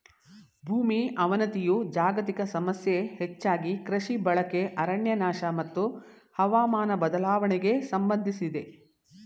ಭೂಮಿ ಅವನತಿಯು ಜಾಗತಿಕ ಸಮಸ್ಯೆ ಹೆಚ್ಚಾಗಿ ಕೃಷಿ ಬಳಕೆ ಅರಣ್ಯನಾಶ ಮತ್ತು ಹವಾಮಾನ ಬದಲಾವಣೆಗೆ ಸಂಬಂಧಿಸಿದೆ